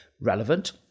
relevant